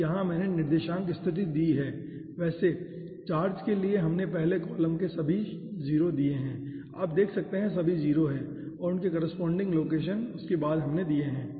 तो यहाँ मैंने निर्देशांक स्थिति दी है वैसे चार्ज के लिए हमने पहले कॉलम के सभी 0 दिए हैं आप देख सकते हैं कि सभी 0 हैं और उनके कॉरेस्पोंडिंग लोकेशन उसके बाद हमने दिए हैं